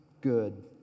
good